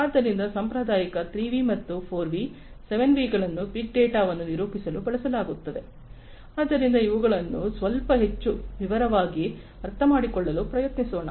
ಆದ್ದರಿಂದ ಸಾಂಪ್ರದಾಯಿಕ 3 ವಿ ಮತ್ತು 4 ವಿ 7 ವಿಗಳನ್ನು ಬಿಗ್ ಡೇಟಾ ವನ್ನು ನಿರೂಪಿಸಲು ಬಳಸಲಾಗುತ್ತದೆ ಆದ್ದರಿಂದ ಇವುಗಳನ್ನು ಸ್ವಲ್ಪ ಹೆಚ್ಚು ವಿವರವಾಗಿ ಅರ್ಥಮಾಡಿಕೊಳ್ಳಲು ಪ್ರಯತ್ನಿಸೋಣ